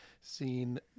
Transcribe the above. seen